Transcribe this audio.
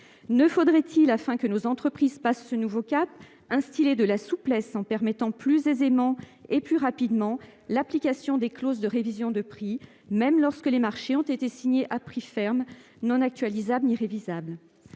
Ne faudrait-il pas, afin que nos entreprises passent ce nouveau cap, instiller de la souplesse, en permettant plus aisément et plus rapidement l'application des clauses de révision de prix, même lorsque les marchés ont été signés à prix fermes non actualisables ni révisables ?